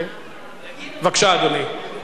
בבקשה, אדוני.